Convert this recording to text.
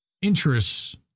interests